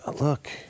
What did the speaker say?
look